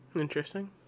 Interesting